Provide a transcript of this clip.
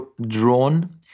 drawn